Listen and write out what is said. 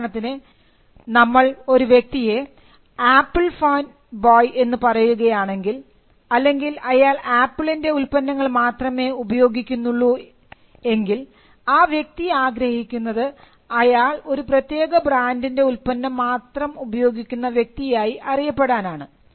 ഉദാഹരണത്തിന് നമ്മൾ ഒരു വ്യക്തിയെ ആപ്പിൾ ഫാൻ ബോയ് എന്ന് പറയുകയാണെങ്കിൽ അല്ലെങ്കിൽ അയാൾ ആപ്പിളിൻറെ ഉൽപ്പന്നങ്ങൾ മാത്രമേ ഉപയോഗിക്കുന്നുള്ളു എങ്കിൽ ആ വ്യക്തി ആഗ്രഹിക്കുന്നത് അയാൾ ഒരു പ്രത്യേക ബ്രാൻഡിൻറെ ഉത്പന്നം മാത്രം ഉപയോഗിക്കുന്ന വ്യക്തിയായി അറിയപ്പെടാനാണ്